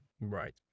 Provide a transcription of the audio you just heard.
right